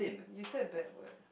you said bad word